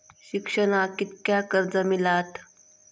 शिक्षणाक कीतक्या कर्ज मिलात?